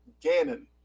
gannon